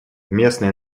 местное